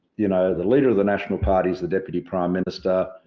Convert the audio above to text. you know, the leader of the national parties, the deputy prime minister,